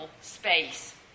space